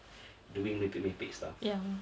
doing merepek-merepek stuff